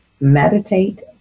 Meditate